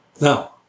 Now